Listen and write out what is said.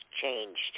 changed